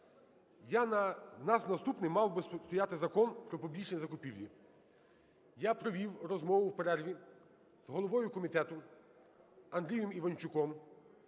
Я на… В нас наступний мав би стояти Закон "Про публічні закупівлі". Я провів розмову в перерві з головою комітету Андрієм Іванчуком,